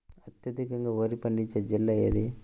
అత్యధికంగా వరి పండించే జిల్లా ఏది?